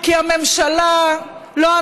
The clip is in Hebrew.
כי הממשלה, לא.